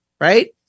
right